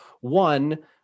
one